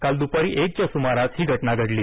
काल दुपारी एकच्या सुमारास ही घटना घडली